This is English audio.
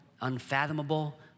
unfathomable